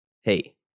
hey